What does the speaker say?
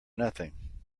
nothing